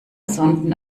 sonden